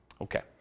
Okay